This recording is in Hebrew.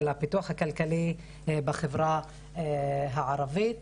של הפיתוח הכלכלי בחברה הערבית.